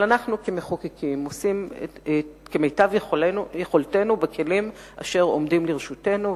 אבל אנחנו כמחוקקים עושים כמיטב יכולתנו בכלים אשר עומדים לרשותנו,